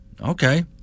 okay